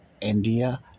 India